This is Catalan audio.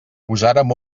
posàrem